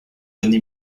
rene